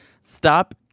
stop